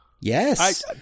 Yes